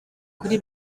kuri